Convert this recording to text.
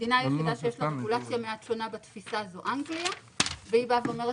המדינה היחידה שיש לה רגולציה מעט שונה בתפיסה זאת אנגליה והיא אומרת